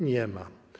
Nie ma.